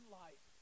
life